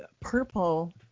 purple